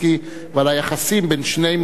ועל היחסים בין שני מנהיגים,